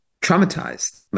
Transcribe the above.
traumatized